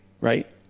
Right